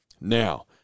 Now